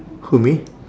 who me